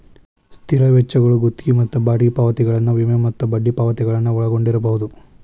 ಸ್ಥಿರ ವೆಚ್ಚಗಳು ಗುತ್ತಿಗಿ ಮತ್ತ ಬಾಡಿಗಿ ಪಾವತಿಗಳನ್ನ ವಿಮೆ ಮತ್ತ ಬಡ್ಡಿ ಪಾವತಿಗಳನ್ನ ಒಳಗೊಂಡಿರ್ಬಹುದು